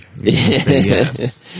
yes